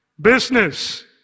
business